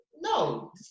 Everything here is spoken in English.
No